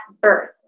birth